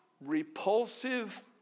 repulsive